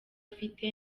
afite